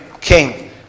king